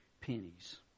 pennies